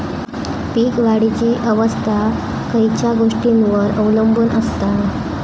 पीक वाढीची अवस्था खयच्या गोष्टींवर अवलंबून असता?